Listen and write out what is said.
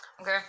Okay